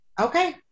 Okay